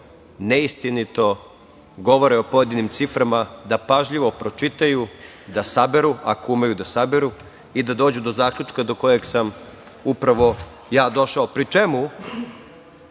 neistinito govore o pojedinim ciframa da pažljivo pročitaju, da saberu, ako umeju da saberu, i da dođu do zaključka do kojeg sam upravo ja došao. Da